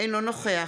אינו נוכח